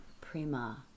Prima